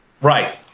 Right